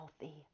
healthy